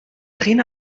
arena